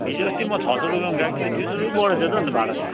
हिजो अस्ति म छ सय रुपियाँमा गएको थिएँ दुई सय रुपियाँ बढेछ त अनि त भाडा त